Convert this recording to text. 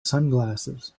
sunglasses